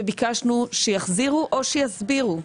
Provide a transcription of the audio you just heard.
וביקשנו שיחזירו או שיסבירו.